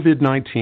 COVID-19